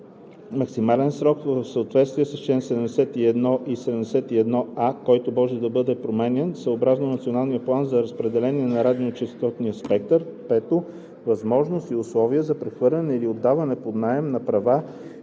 максимален срок в съответствие с чл. 71 и 71а, който може да бъде променян съобразно Националния план за разпределение на радиочестотния спектър; 5. възможност и условия за прехвърляне или отдаване под наем на права